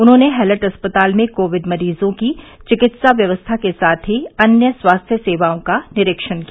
उन्होंने हैलट अस्पताल में कोविड मरीजों की चिकित्सा व्यवस्था के साथ ही अन्य स्वास्थ्य सेवाओं का निरीक्षण किया